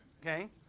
Okay